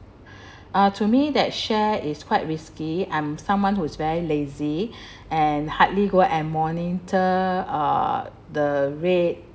ah to me that share is quite risky I'm someone who's very lazy and hardly go and monitor uh the rate